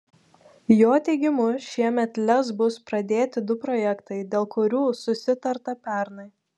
jo teigimu šiemet lez bus pradėti du projektai dėl kurių susitarta pernai